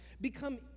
Become